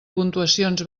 puntuacions